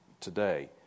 today